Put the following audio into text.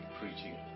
preaching